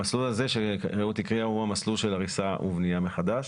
המסלול הזה שרעות הקריאה הוא המסלול של הריסה ובנייה מחדש,